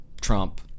Trump